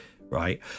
right